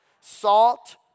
Salt